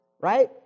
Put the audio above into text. right